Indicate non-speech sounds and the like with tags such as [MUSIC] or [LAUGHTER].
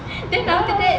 [NOISE]